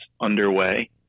underway